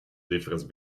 difference